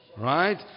right